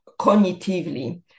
cognitively